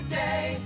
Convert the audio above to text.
day